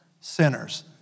sinners